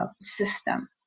system